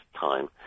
time